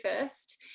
first